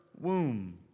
womb